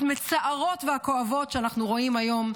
המצערות והכואבות שאנחנו רואים היום.